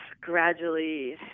gradually